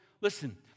Listen